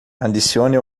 adicione